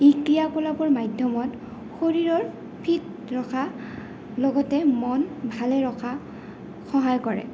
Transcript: ই ক্ৰীড়াকলাপৰ মাধ্যমত শৰীৰৰ ফিট ৰখা লগতে মন ভালে ৰখা সহায় কৰে